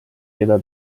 keda